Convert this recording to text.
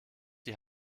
die